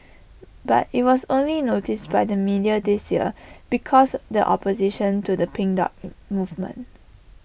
but IT was only noticed by the media this year because the opposition to the pink dot movement